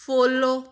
follow